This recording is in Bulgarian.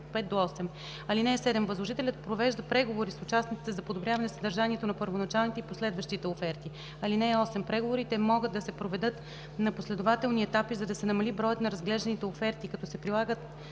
5 – 8. (7) Възложителят провежда преговори с участниците за подобряване съдържанието на първоначалните и последващите оферти. (8) Преговорите могат да се проведат на последователни етапи, за да се намали броят на разглежданите оферти, като се прилагат